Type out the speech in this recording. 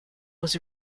was